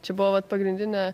čia buvo vat pagrindinė